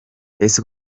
ese